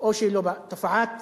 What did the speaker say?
או שלא בא, תופעת